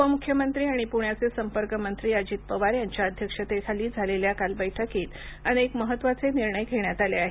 उपमुख्यमंत्री आणि पुण्याचे संपर्क मंत्री अजित पवार यांच्या अध्यक्षतेखाली झालेल्या काल बैठकीत अनेक महत्त्वाचे निर्णय घेण्यात आले आहेत